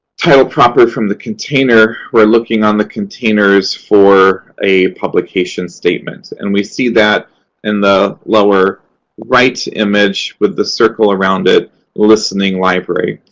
title proper from the container, we're looking on the containers for a publication statement. and we see that in the lower right image with the circle around it listening library.